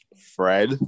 Fred